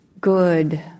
good